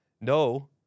No